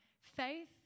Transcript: faith